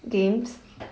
games